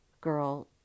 girl